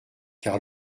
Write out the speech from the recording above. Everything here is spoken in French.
car